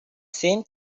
same